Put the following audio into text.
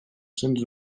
cents